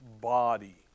body